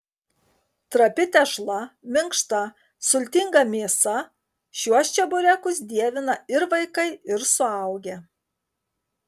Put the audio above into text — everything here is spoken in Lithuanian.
trapi tešla minkšta sultinga mėsa šiuos čeburekus dievina ir vaikai ir suaugę